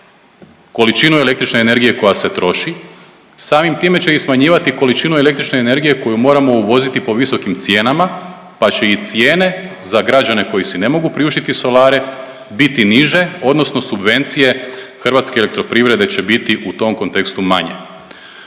količinu električne energije koja se troši samim time će i smanjivati količinu električne energije koju moramo uvoziti po visokim cijenama pa će i cijene za građane koji si ne mogu priuštiti solare biti niže, odnosno subvencije Hrvatske elektroprivrede će biti u tom kontekstu manje.